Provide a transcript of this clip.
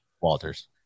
Walters